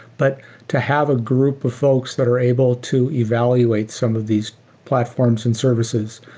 but to have a group of folks that are able to evaluate some of these platforms and services,